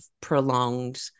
prolonged